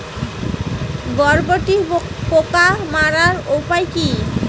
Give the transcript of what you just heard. বরবটির পোকা মারার উপায় কি?